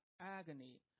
agony